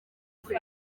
bukwe